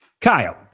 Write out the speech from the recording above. Kyle